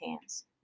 hands